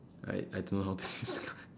I I don't know how to say